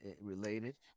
related